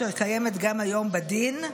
אשר קיימת גם היום בדין,